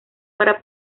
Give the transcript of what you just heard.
para